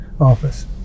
office